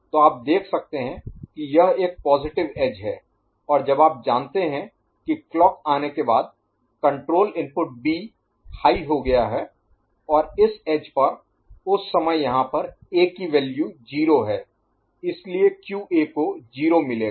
तो आप देख सकते हैं कि यह एक पॉजिटिव एज है और जब आप जानते हैं कि क्लॉक आने के बाद कण्ट्रोल इनपुट B हाई हो गया है और इस एज पर उस समय यहाँ पर A की वैल्यू 0 है इसलिए QA को 0 मिलेगा